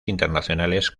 internacionales